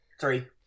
Three